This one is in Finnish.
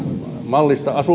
mallista